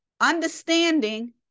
understanding